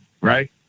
right